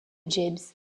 james